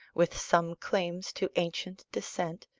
with some claims to ancient descent,